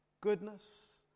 Goodness